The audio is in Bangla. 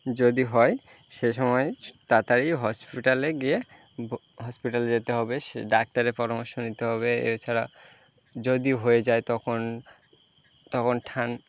যদি হয় সেই সময় তাড়াতাড়ি হসপিটালে গিয়ে ব হসপিটাল যেতে হবে সে ডাক্তারের পরামর্শ নিতে হবে এছাড়া যদি হয়ে যায় তখন তখন ঠান